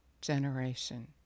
generation